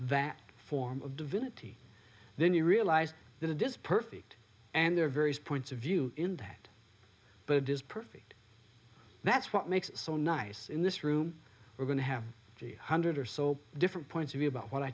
that form of divinity then you realize that it does perfect and there are various points of view in that but it is perfect that's what makes it so nice in this room we're going to have a hundred or so different points of view about what i